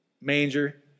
manger